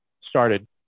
started